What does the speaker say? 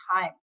time